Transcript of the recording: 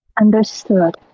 Understood